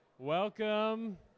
Welcome